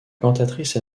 cantatrice